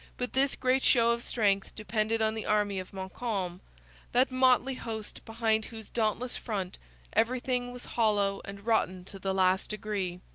but this great show of strength depended on the army of montcalm that motley host behind whose dauntless front everything was hollow and rotten to the last degree.